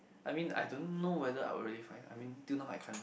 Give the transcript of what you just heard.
I mean I don't know whether I will really find I mean till now I can't